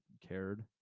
cared